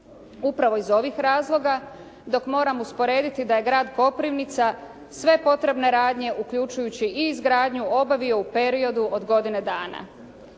upravo iz ovih razloga dok moram usporediti da je grad Koprivnica sve potrebne radnje uključujući i izgradnju obavio u periodu od godine dana.